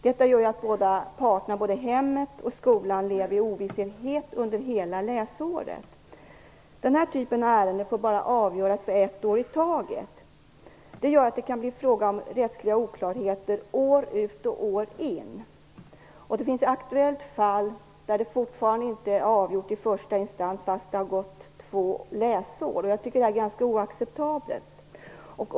Detta gör att båda parterna, både hemmet och skolan, lever i ovisshet under hela läsåret. Den här typen av ärenden får bara avgöras för ett år i taget. Det gör att det kan bli fråga om rättsliga oklarheter år ut och år in. Det finns ett aktuellt fall där det fortfarande inte är avgjort i första instans fastän det har gått två läsår. Jag tycker att det är oacceptabelt.